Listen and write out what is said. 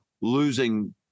losing